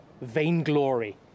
vainglory